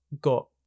got